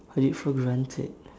I did for granted